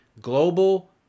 global